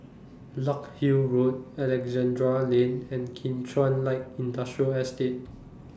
Larkhill Road Alexandra Lane and Kim Chuan Light Industrial Estate